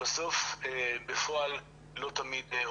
שבסוף, בפועל, לא תמיד עובדים.